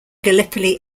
gallipoli